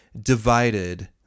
Divided